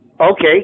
Okay